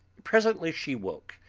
presently she woke,